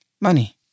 money